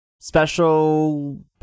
special